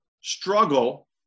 struggle